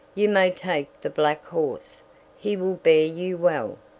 you may take the black horse he will bear you well.